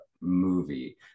movie